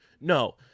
No